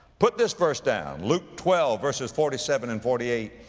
put this verse down, luke twelve verses forty seven and forty eight,